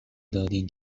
دادین